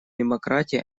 демократии